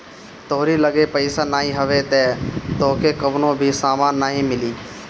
तोहरी लगे पईसा नाइ हवे तअ तोहके कवनो भी सामान नाइ मिली